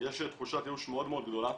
יש תחושת ייאוש מאוד מאוד גדולה,